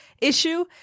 issue